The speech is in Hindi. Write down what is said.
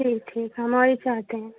ठीक ठीक हम वही चाहते हैं